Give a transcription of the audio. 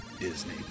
Disney